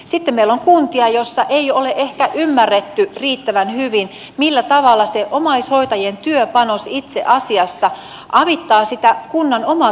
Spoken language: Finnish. sitten meillä on kuntia joissa ei ole ehkä ymmärretty riittävän hyvin millä tavalla se omaishoitajien työpanos itse asiassa avittaa sitä kunnan omaakin taloudenpitoa